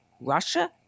Russia